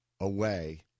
away